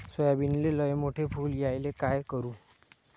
सोयाबीनले लयमोठे फुल यायले काय करू?